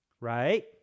right